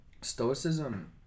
stoicism